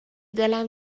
دلم